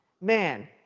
man